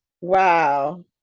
Wow